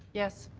yes.